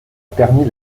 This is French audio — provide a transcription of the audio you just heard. permis